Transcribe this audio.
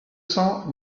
cents